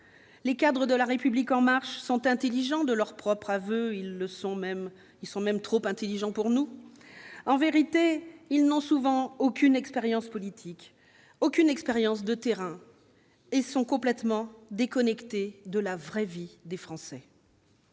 Les cadres de La République En Marche sont intelligents- de leur propre aveu, ils le sont même trop pour nous -, mais, en vérité, ils n'ont souvent aucune expérience politique, aucune expérience de terrain et sont complètement déconnectés de la vraie vie des Français.